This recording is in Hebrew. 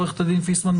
עורכת הדין פיסמן,